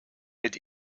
mit